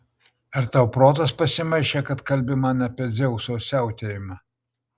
ar tau protas pasimaišė kad kalbi man apie dzeuso siautėjimą